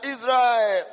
Israel